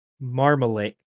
Marmalade